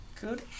Good